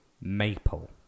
Maple